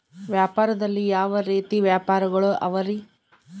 ವ್ಯಾಪಾರದಲ್ಲಿ ಯಾವ ರೇತಿ ವ್ಯಾಪಾರಗಳು ಅವರಿ?